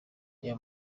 reba